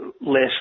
less